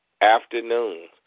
afternoon